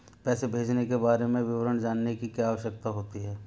पैसे भेजने के बारे में विवरण जानने की क्या आवश्यकता होती है?